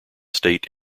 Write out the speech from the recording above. state